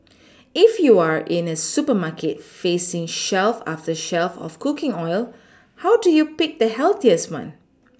if you are in a supermarket facing shelf after shelf of cooking oil how do you pick the healthiest one